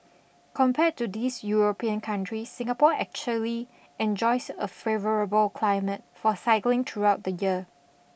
compared to these European countries Singapore actually enjoys a favourable climate for cycling throughout the year